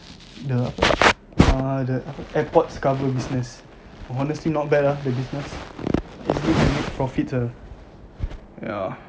the apa uh apa airports cover business obviously not bad ah the business the profits ah ya